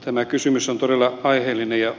tämä kysymys on todella aiheellinen ja